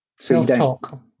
Self-talk